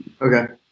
Okay